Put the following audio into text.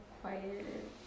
quiet